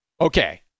Okay